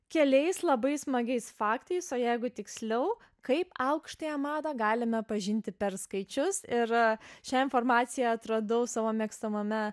keliais labai smagiais faktais o jeigu tiksliau kaip aukštąją madą galime pažinti per skaičius ir šią informaciją atradau savo mėgstamame